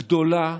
גדולה,